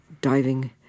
diving